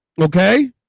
okay